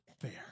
fair